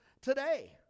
today